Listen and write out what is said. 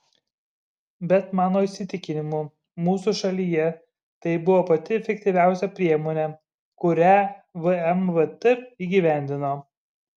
bet mano įsitikinimu mūsų šalyje tai buvo pati efektyviausia priemonė kurią vmvt įgyvendino